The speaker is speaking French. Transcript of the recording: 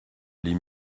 les